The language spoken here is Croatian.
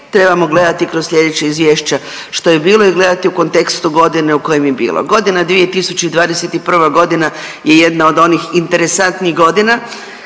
trebamo gledati kroz slijedeća izvješća što je bilo i gledati u kontekstu godine u kojem je bilo. Godina 2021. godina je ona od jednih interesantnijih godina